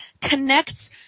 connects